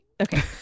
okay